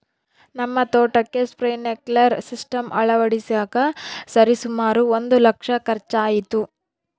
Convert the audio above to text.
ನಮ್ಮ ತೋಟಕ್ಕೆ sprinkler system ಅಳವಡಿಸಕ ಸರಿಸುಮಾರು ಒಂದು ಲಕ್ಷ ಖರ್ಚಾಯಿತು